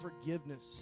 forgiveness